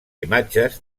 imatges